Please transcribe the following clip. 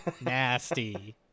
Nasty